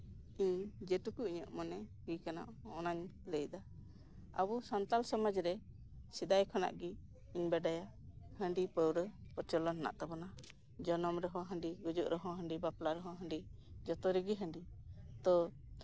ᱤᱧ ᱡᱮᱴᱩᱠᱩ ᱤᱧᱟᱹᱜ ᱢᱚᱱᱮ ᱦᱩᱭ ᱠᱟᱱᱟ ᱚᱱᱟᱧ ᱞᱟᱹᱭ ᱫᱟ ᱟᱵᱚ ᱥᱟᱱᱛᱟᱲ ᱥᱚᱢᱟᱡᱽ ᱨᱮ ᱥᱮᱫᱟᱭ ᱠᱷᱚᱱᱟᱜ ᱜᱮ ᱤᱧ ᱵᱟᱰᱟᱭᱟ ᱦᱟᱹᱰᱤ ᱯᱟᱹᱣᱨᱟᱹ ᱯᱨᱚᱪᱚᱞᱚᱱ ᱢᱮᱱᱟᱜ ᱛᱟᱵᱳᱱᱟ ᱡᱚᱱᱚᱢ ᱨᱮᱦᱚᱸ ᱦᱟᱺᱰᱤ ᱜᱩᱡᱩᱜ ᱨᱮᱦᱚᱸ ᱦᱟᱺᱰᱤ ᱵᱟᱯᱞᱟ ᱨᱮᱦᱚᱸ ᱦᱟᱺᱰᱤ ᱡᱚᱛᱚ ᱨᱮᱦᱚᱸ ᱦᱟᱺᱰᱤ ᱛᱚ